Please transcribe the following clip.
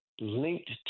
linked